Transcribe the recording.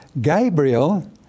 Gabriel